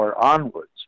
onwards